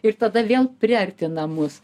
ir tada vėl priartina mus